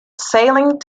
sailing